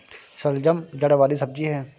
शलजम जड़ वाली सब्जी है